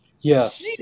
Yes